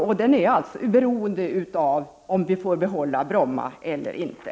Luftfarten är beroende av om vi får behålla Bromma eller inte.